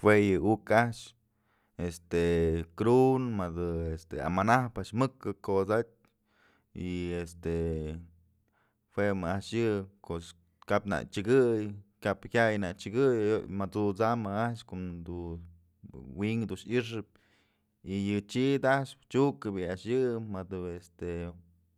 Jue yë uk a'ax este krundë madë amanäjpë a'ax mëk kosatyë y este jue mëjk a'ax yë pos kap nak chëkëy, kap jaya'ay nak chëkëy mat'susam mëjk a'ax kom dun w'ink dun i'ixëp y yë chid a'ax chuk bi'i a'ax yë madë bi este,